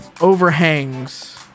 overhangs